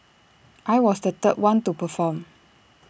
I was the third one to perform